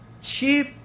sheep